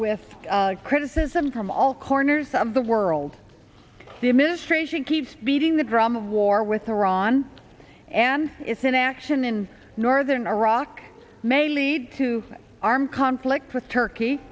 th criticism from all corners of the world the administration keeps beating the drum of war with iran and its inaction in northern iraq may lead to an armed conflict with turkey